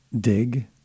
dig